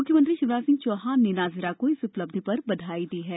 मुख्यमंत्री शिवराज सिह चौहान ने नाजिरा को इस उपलब्धि पर बधाई दी है